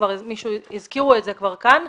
כבר מישהו אמר זאת כאן,